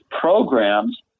programs